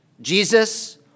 Jesus